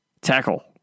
Tackle